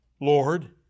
Lord